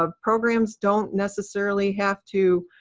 ah programs don't necessarily have to